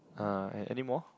uh and anymore